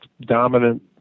dominant